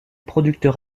producteurs